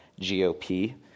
GOP